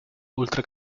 oltre